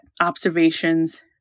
observations